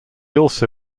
also